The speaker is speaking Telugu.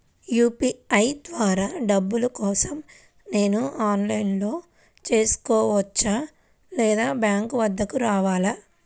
యూ.పీ.ఐ ద్వారా డబ్బులు కోసం నేను ఆన్లైన్లో చేసుకోవచ్చా? లేదా బ్యాంక్ వద్దకు రావాలా?